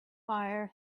fire